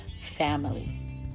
family